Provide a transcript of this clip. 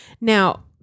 Now